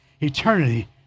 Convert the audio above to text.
eternity